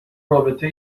رابطه